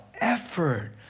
effort